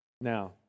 now